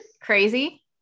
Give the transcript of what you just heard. Crazy